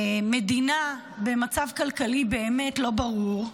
המדינה במצב כלכלי באמת לא ברור,